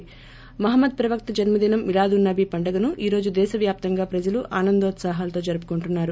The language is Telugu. ి మహమ్మద్ ప్రవక్త జన్మదినం మిలాద్ ఉన్ నబీ పండుగను ఈ రోజు దేశవ్యాప్తంగా ప్రజలు ఆనందోత్సవాలతో జరుపుకుంటున్నారు